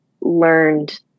learned